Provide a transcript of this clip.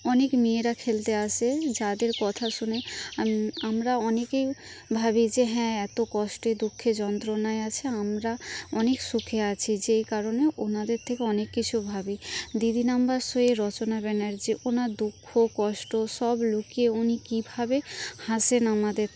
অনেক মেয়েরা খেলতে আসে যাদের কথা শুনে আম আমরা অনেকেই ভাবি যে হ্যাঁ এতো কষ্টে দুঃখে যন্ত্রণায় আছে আমরা অনেক সুখে আছি যে কারণে ওনাদের থেকে অনেক কিছু ভাবি দিদি নাম্বার শোয়ে রচনা ব্যানার্জি ওনার দুঃখ কষ্ট সব লুকিয়ে উনি কীভাবে হাসেন আমাদের